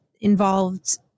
involved